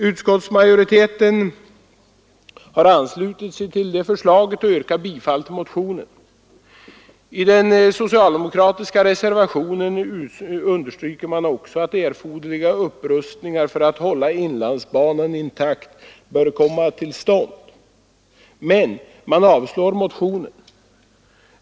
Utskottsmajoriteten har anslutit sig till det förslaget och yrkat bifall till motionen. I den socialdemokratiska reservationen understryker man också att erforderliga upprustningar för att hålla inlandsbanan intakt bör komma till stånd, men man avstyrker motionen.